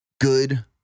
good